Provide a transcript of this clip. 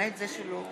מאז שראש